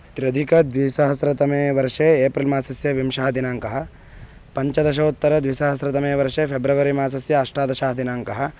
त्र्यधिकद्विसहस्रतमे वर्षे एप्रिल् मासस्य विंशः दिनाङ्कः पञ्चदशोत्तरद्विसहस्रतमे वर्षे फ़ेब्रवरि मासस्य अष्टादशः दिनाङ्कः